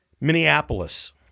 Minneapolis